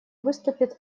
выступит